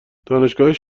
دانشگاهش